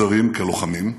בצבאות זרים, כלוחמים,